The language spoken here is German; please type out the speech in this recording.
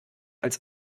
als